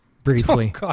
briefly